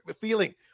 feeling